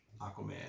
Aquaman